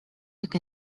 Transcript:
took